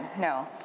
No